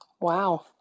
Wow